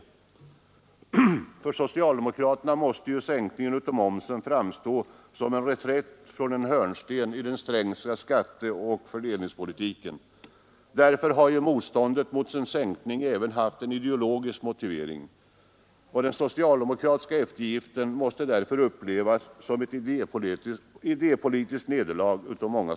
För socialdemokraterna måste sänkningen av momsen framstå som en reträtt från en hörnsten i den Strängska skatteoch fördelningspolitiken. Motståndet mot en sänkning har alltså även haft en ideologisk motivering, och den socialdemokratiska eftergiften måste därför av många socialdemokrater upplevas som ett idépolitiskt nederlag.